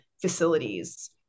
facilities